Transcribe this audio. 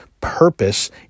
purpose